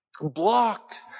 blocked